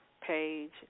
page